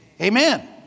Amen